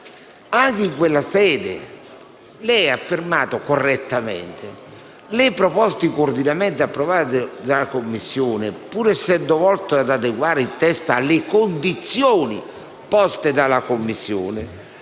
Anche in quella sede ha affermato, correttamente, che le proposte di coordinamento approvate in Commissione, pur essendo volte ad adeguare il testo alle condizioni poste dalla Commissione